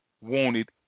wanted